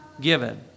given